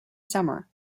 summer